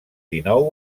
dinou